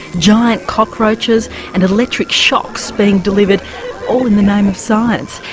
giant cockroaches and electric shocks being delivered all in the name of science,